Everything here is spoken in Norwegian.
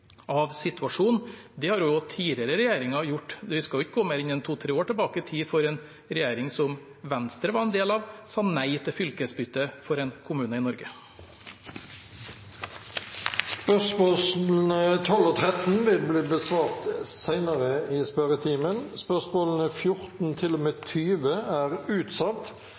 av situasjonen. Det har også tidligere regjeringer gjort. Vi skal ikke gå mer enn to–tre år tilbake i tid før vi finner at en regjering som Venstre var en del av, sa nei til fylkesbytte for en kommune i Norge. Spørsmålene 12 og 13 vil bli besvart senere, før spørsmål 29. Spørsmålene 14–20 er utsatt